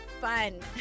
fun